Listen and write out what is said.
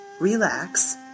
relax